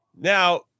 Now